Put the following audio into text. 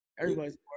everybody's